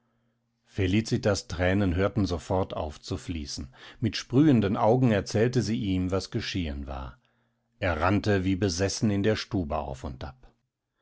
felicitas thränen hörten sofort auf zu fließen mit sprühenden augen erzählte sie ihm was geschehen war er rannte wie besessen in der stube auf und ab